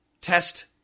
Test